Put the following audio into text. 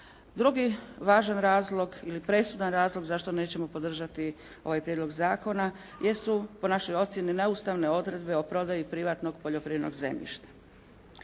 Drugi važan razlog ili presudan razlog zašto nećemo podržati ovaj prijedlog zakona jesu po našoj ocjeni neustavne odredbe o prodaji privatnog poljoprivrednog zemljišta.